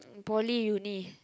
in poly uni